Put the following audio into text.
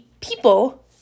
people